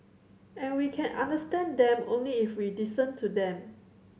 and we can understand them only if we listen to them